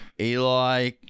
Eli